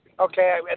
Okay